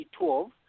2012